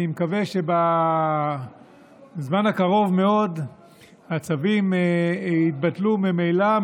אני מקווה שבזמן הקרוב מאוד הצווים יתבטלו ממילא,